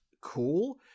cool